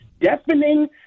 deafening